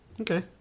Okay